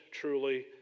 truly